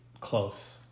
close